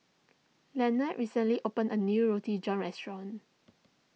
Leonard recently opened a new Roti John restaurant